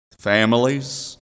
families